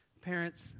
Parents